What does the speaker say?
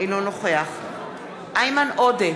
אינו נוכח איימן עודה,